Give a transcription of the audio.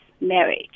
marriage